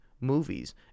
movies